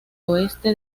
oeste